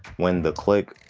win the click,